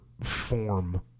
form